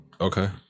Okay